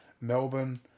Melbourne